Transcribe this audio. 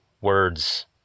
Words